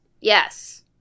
Yes